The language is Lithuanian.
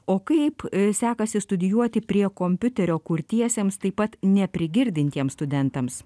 o kaip sekasi studijuoti prie kompiuterio kurtiesiems taip pat neprigirdintiems studentams